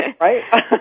right